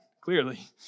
clearly